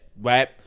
right